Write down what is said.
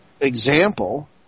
example